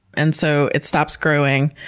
and so, it stops growing.